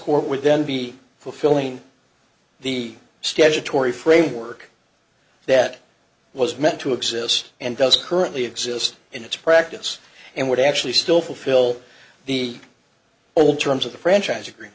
court would then be fulfilling the statutory framework that was meant to exist and does currently exist in its practice and would actually still fulfill the old terms of the franchise agree